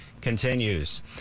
continues